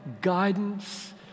guidance